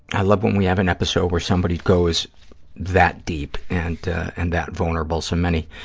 i love when we have an episode where somebody goes that deep and and that vulnerable, so many,